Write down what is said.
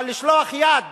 אבל לשלוח יד